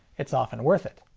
it's often worth it.